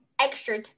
extra